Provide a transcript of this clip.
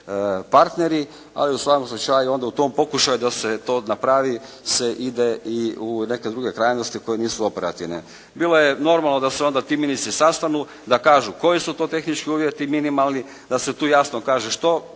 partneri, ali u svakom slučaju onda u tom pokušaju da se to napravi se ide i u neke druge krajnosti koje nisu operativni. Bilo je normalno da se onda ti ministri sastanu, da kažu koji su to tehnički uvjeti minimalni, da se tu jasno kaže što